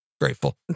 Grateful